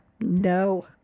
no